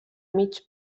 mig